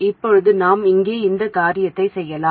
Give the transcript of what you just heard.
இப்போது நாம் இங்கே அதே காரியத்தைச் செய்யலாம்